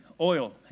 oil